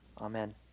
Amen